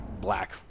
black